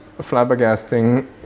flabbergasting